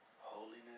Holiness